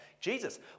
Jesus